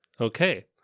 Okay